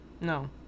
No